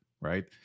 right